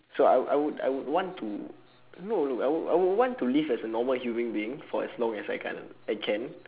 so I would I would I would want to no no I would I would want to live as a normal human being as long as I can I can